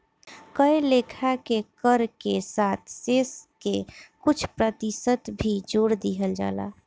कए लेखा के कर के साथ शेष के कुछ प्रतिशत भी जोर दिहल जाला